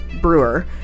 Brewer